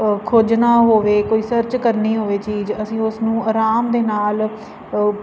ਖੋਜਣਾ ਹੋਵੇ ਕੋਈ ਸਰਚ ਕਰਨੀ ਹੋਵੇ ਚੀਜ਼ ਅਸੀਂ ਉਸਨੂੰ ਆਰਾਮ ਦੇ ਨਾਲ